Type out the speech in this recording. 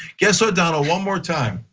guess what, donald one more time,